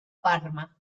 parma